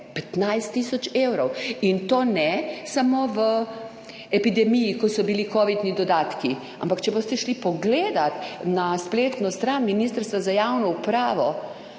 15 tisoč evrov in to ne samo v epidemiji, ko so bili covidni dodatki, ampak če boste šli pogledat na spletno stran Ministrstva za javno upravo,